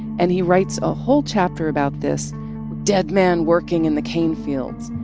and he writes a whole chapter about this dead man working in the cane fields,